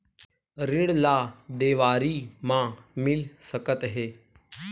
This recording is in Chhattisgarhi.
ऋण ला देवारी मा मिल सकत हे